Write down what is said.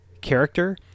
character